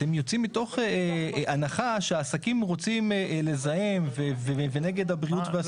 אתם יוצאים מתוך הנחה שעסקים רוצים לזהם ונגד הבריאות והסביבה.